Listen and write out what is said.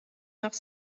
noch